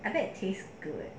I heard it taste good